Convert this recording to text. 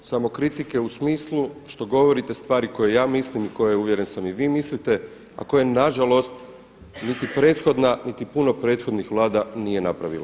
Samokritike u smislu što govorite stvari koje ja mislim i koje uvjeren sam i vi mislite, a koje nažalost niti prethodna niti puno prethodnih vlada nije napravilo.